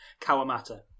Kawamata